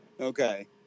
Okay